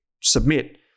submit